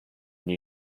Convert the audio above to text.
new